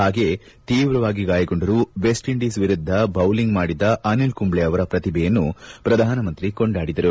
ಹಾಗೆಯೇ ತೀವ್ರವಾಗಿ ಗಾಯಗೊಂಡರೂ ವೆಸ್ಟ್ ಇಂಡೀಸ್ ವಿರುದ್ದ ಬೌಲಿಂಗ್ ಮಾಡಿದ ಅನಿಲ್ ಕುಂಬೈ ಅವರ ಪ್ರತಿಭೆಯನ್ನು ಪ್ರಧಾನಮಂತ್ರಿ ಕೊಂಡಾಡಿದರು